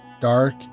dark